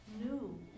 new